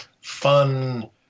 fun